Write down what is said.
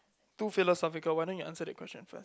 too philosophical why don't you answer that question first